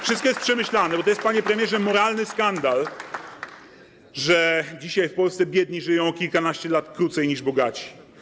Wszystko jest przemyślane, bo to jest, panie premierze, moralny skandal, że dzisiaj w Polsce biedni żyją o kilkanaście lat krócej niż bogaci.